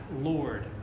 Lord